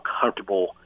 comfortable